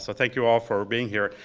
so thank you all for being here.